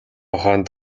ухаанд